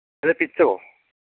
ഏതാ പിച്ചകമോ